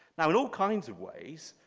now in all kinds of ways,